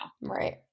Right